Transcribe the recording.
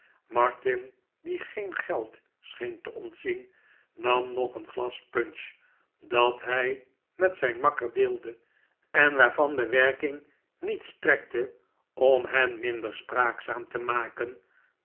martin die geen geld scheen te ontzien nam nog een glas punch dat hij met zijn makker deelde en waarvan de werking niet strekte om hen minder spraakzaam te maken